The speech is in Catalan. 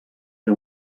era